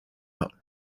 out